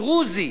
דרוזי